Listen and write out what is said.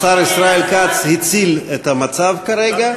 השר ישראל כץ הציל את המצב כרגע,